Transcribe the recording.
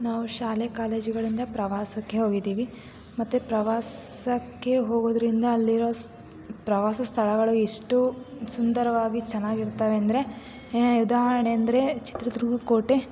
ನಾವು ಶಾಲೆ ಕಾಲೇಜುಗಳಿಂದ ಪ್ರವಾಸಕ್ಕೆ ಹೋಗಿದ್ದೀವಿ ಮತ್ತೆ ಪ್ರವಾಸಕ್ಕೆ ಹೋಗೋದ್ರಿಂದ ಅಲ್ಲಿರುವ ಪ್ರವಾಸ ಸ್ಥಳಗಳು ಎಷ್ಟು ಸುಂದರವಾಗಿ ಚೆನ್ನಾಗಿರ್ತವೆ ಅಂದರೆ ಉದಾಹರಣೆ ಅಂದರೆ ಚಿತ್ರದುರ್ಗದ ಕೋಟೆ